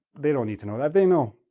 they don't need to know that. they know.